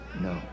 no